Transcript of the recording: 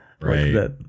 right